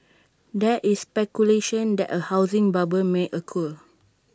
there is speculation that A housing bubble may occur